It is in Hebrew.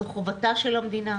זו חובתה של המדינה.